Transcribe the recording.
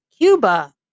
Cuba